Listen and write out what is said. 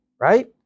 right